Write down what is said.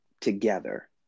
together